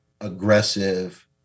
aggressive